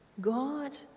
God